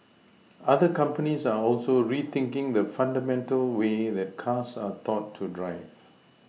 other companies are also rethinking the fundamental way that cars are taught to drive